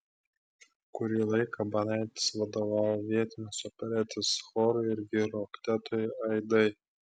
kurį laiką banaitis vadovavo vietinės operetės chorui ir vyrų oktetui aidai